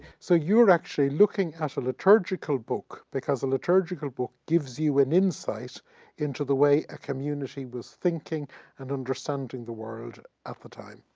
so you're actually looking at a liturgical book, book, because a liturgical book gives you an insight into the way a community was thinking and understanding the world at the time.